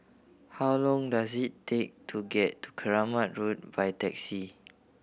how long does it take to get to Keramat Road by taxi